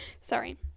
Sorry